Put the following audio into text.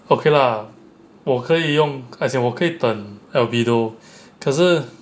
okay lah 我可以用 as in 我可以等 albedo 可是